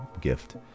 gift